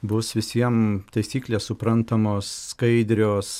bus visiem taisyklės suprantamos skaidrios